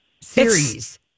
series